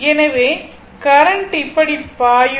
எனவே கரண்ட் இப்படி பாயும்